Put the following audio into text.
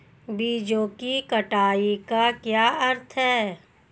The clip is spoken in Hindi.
बीजों की कटाई का क्या अर्थ है?